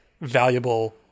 valuable